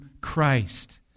Christ